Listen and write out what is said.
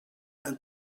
and